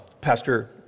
Pastor